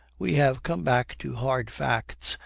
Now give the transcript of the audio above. we have come back to hard facts,